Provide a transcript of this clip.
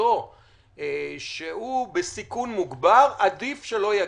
בקרבתו שנמצא בסיכון מוגבר, עדיף שלא יגיע.